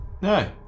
No